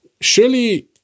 surely